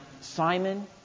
Simon